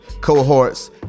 cohorts